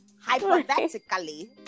Hypothetically